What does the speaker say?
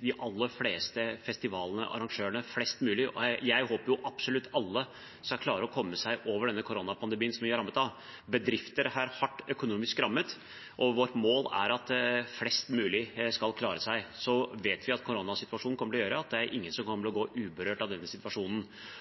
de aller fleste festivalene og arrangørene – jeg håper jo absolutt alle – skal klare å komme seg over den koronaepidemien vi er rammet av. Bedrifter er hardt økonomisk rammet, og vårt mål er at flest mulig skal klare seg. Så vet vi at koronasituasjonen kommer til å gjøre at ingen vil være uberørt av denne situasjonen.